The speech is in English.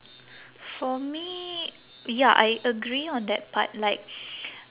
for me ya I agree on that part like